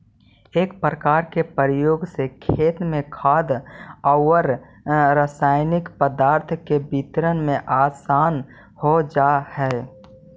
एकर प्रयोग से खेत में खाद औउर रसायनिक पदार्थ के वितरण में आसान हो जा हई